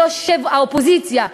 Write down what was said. יושב-ראש האופוזיציה,